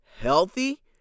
healthy